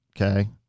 okay